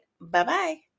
bye-bye